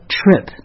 trip